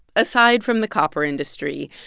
aside from the copper industry,